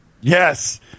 Yes